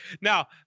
Now